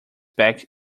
pack